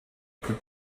plus